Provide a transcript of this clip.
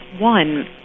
One